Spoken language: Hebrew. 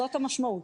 זאת המשמעות.